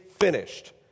finished